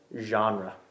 genre